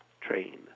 train